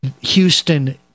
Houston